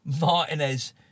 Martinez